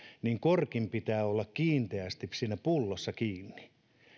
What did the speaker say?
niin korkin pitää olla kiinteästi siinä pullossa kiinni